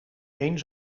een